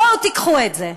בואו תיקחו את זה.